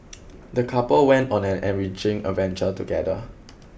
the couple went on an enriching adventure together